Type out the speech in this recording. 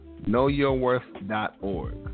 Knowyourworth.org